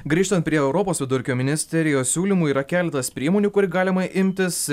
grįžtant prie europos vidurkio ministerijos siūlymu yra keletas priemonių kurių galima imtis